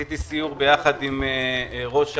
ועשיתי סיור ביחד עם ראש העיר.